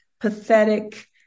pathetic